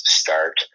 start